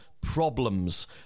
problems